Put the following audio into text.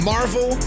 Marvel